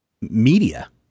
media